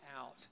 out